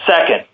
Second